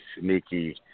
sneaky